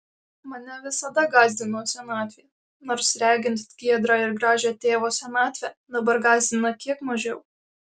mane visada gąsdino senatvė nors regint giedrą ir gražią tėvo senatvę dabar gąsdina kiek mažiau